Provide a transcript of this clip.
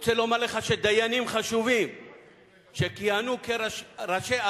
רוצה לומר לך שדיינים חשובים שכיהנו כראשי,